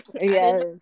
yes